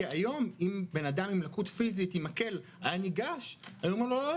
כי היום אם בן-אדם עם לקות פיזית עם מקל היה ניגש היו אומרים לו לא,